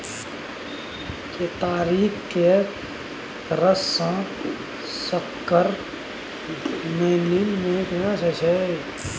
केतारी केर रस सँ सक्कर, मेली आ मोलासेस सेहो बनाएल जाइ छै